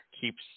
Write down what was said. keeps